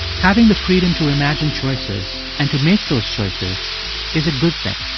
having the freedom to imagine choices and to make those choices is a good thing.